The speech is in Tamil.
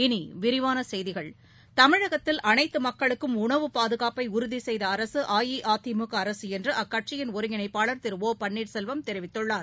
இனி விரிவான செய்திகள் தமிழகத்தில் அனைத்து மக்களுக்கும் உணவு பாதுகாப்பை உறுதி செய்த அரசு அஇஅதிமுக அரசு என்று அக்கட்சியின் ஒருங்கிணைப்பாளர் திரு ஒ பன்னீர்செல்வம் தெரிவித்துள்ளார்